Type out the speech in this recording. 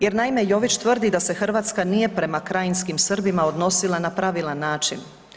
Jer naime, Jović tvrdi da se Hrvatska nije krajinskim Srbima odnosila na pravilan način.